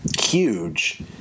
huge